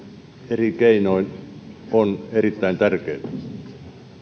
eri keinoin on erittäin tärkeätä